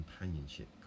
companionship